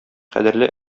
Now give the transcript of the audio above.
кадерле